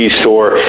store